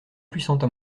puissantes